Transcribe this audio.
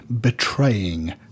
betraying